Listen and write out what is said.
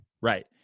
right